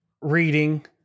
reading